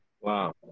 Wow